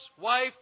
wife